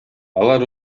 алар